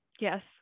Yes